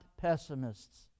pessimists